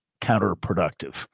counterproductive